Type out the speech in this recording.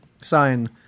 Sign